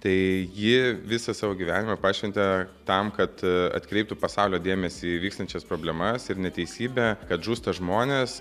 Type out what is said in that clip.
tai ji visą savo gyvenimą pašventė tam kad atkreiptų pasaulio dėmesį į vykstančias problemas ir neteisybę kad žūsta žmonės